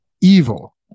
evil